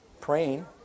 praying